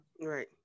right